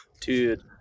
Dude